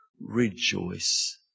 rejoice